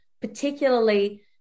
particularly